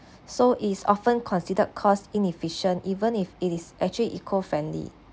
so is often considered cost inefficient even if it is actually eco friendly